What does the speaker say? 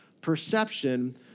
perception